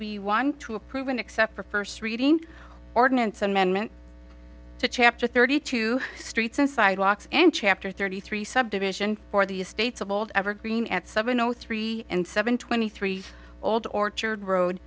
want to approve it except for first reading ordinance amendment to chapter thirty two streets and sidewalks and chapter thirty three subdivision for the estates of old evergreen at seven o three and seven twenty three old orchard road